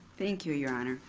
thank you, your honor.